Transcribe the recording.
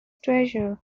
treasure